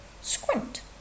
squint